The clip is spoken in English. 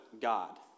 God